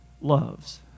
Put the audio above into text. loves